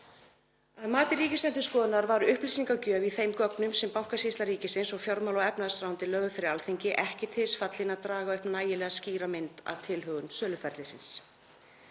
Að mati Ríkisendurskoðunar var upplýsingagjöf í þeim gögnum sem Bankasýsla ríkisins og fjármála- og efnahagsráðuneyti lögðu fyrir Alþingi ekki til þess fallin að draga upp nægilega skýra mynd af tilhögun söluferlisins.